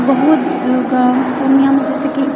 बहुत पूर्णियाँमे जैसेकि